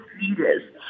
leaders